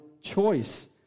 choice